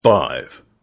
five